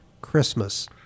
Christmas